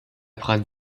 brand